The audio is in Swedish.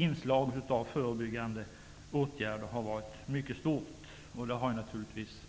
Inslaget av förebyggande åtgärder har varit mycket stort -- det är naturligtvis